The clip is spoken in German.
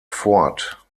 fort